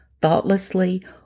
thoughtlessly